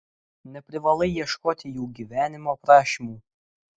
neprivalai ieškoti jų gyvenimo aprašymų